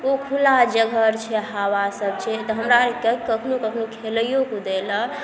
ओ खुला जगह छै हवा सब छै तऽ हमरा आरके कखनो कखनो खेलैओ कुदैलए